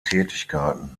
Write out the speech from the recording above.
tätigkeiten